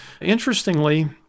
interestingly